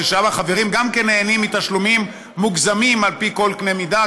שם החברים גם כן נהנים מתשלומים מוגזמים על פי כל קנה מידה,